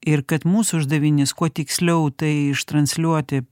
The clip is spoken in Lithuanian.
ir kad mūsų uždavinys kuo tiksliau tai ištransliuoti